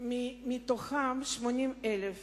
מתוכם 80,000